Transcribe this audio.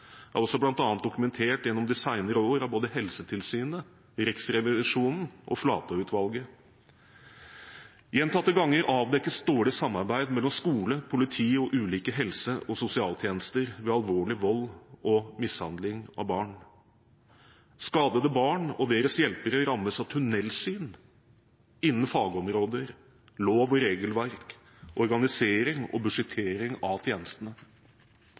dokumentert gjennom de senere år av både Helsetilsynet, Riksrevisjonen og Flatø-utvalget. Gjentatte ganger avdekkes dårlig samarbeid mellom skole, politi og ulike helse- og sosialtjenester ved alvorlig vold og mishandling av barn. Skadede barn og deres hjelpere rammes av tunnelsyn innen fagområder, lov- og regelverk, organisering og budsjettering av tjenestene.